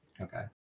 Okay